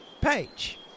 page